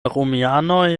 romianoj